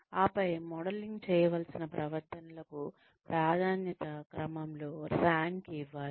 ఆపై మోడలింగ్ చేయవలసిన ప్రవర్తనలకు ప్రాధాన్యత క్రమంలో ర్యాంక్ ఇవ్వాలి